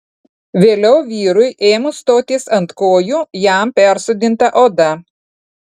vėliau vyrui ėmus stotis ant kojų jam persodinta oda